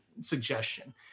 suggestion